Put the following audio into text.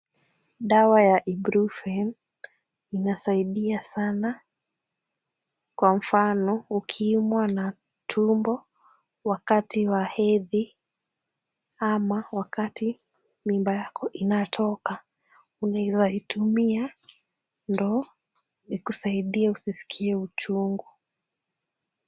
Dawa ya Ibuprofen inasaidia sana, kwa mfano ukiumwa na tumbo wakati wa hedhi ama wakati mimba yako inatoka, unaweza itumia ndio ikusaidie usisikie uchungu.